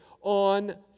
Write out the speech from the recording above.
on